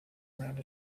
around